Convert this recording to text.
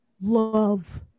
love